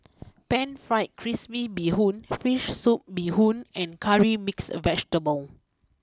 Pan Fried Crispy Bee Hoon Fish Soup Bee Hoon and Curry Mixed Vegetable